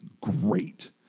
great